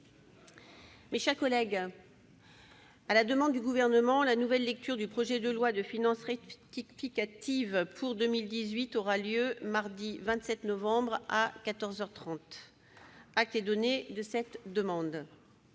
Mes chers collègues, à la demande du Gouvernement, la nouvelle lecture du projet de loi de finances rectificative pour 2018 aura lieu mardi 27 novembre, à quatorze heures trente. Acte est donné de cette demande.